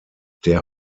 der